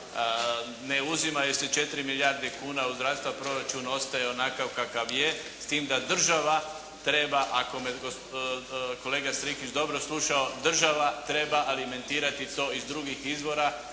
Ne uzimaju se 4 milijarde kuna od zdravstva. Proračun ostaje onakav kakav je s tim da država treba ako me kolega Strikić dobro slušao država treba alimentirati to iz drugih izvora.